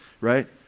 right